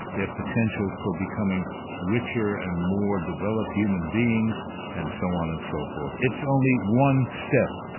their potentials for becoming richer and more developed human beings and so on and so forth. it's only one step,